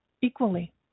equally